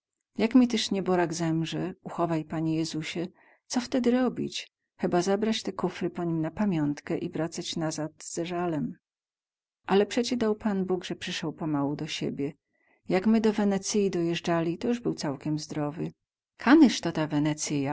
jak mi tyz nieborak zemrze uchowaj panie jezusie co wtedy robić cheba zabrać te kufry po nim na pamiątkę i wracać nazad ze zalem ale przecie dał pan bóg ze przyseł pomału do siebie jak my do wenecyi dojezdzali to juz był całkem zdrowy kanyz to ta wenecyja